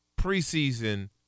preseason